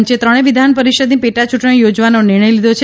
પંચે ત્રણે વિધાન પરિષદની પેટા ચૂંટણીઓ યોજવાનો નિર્ણય લીધો છે